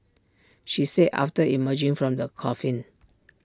she said after emerging from the coffin